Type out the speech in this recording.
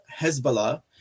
Hezbollah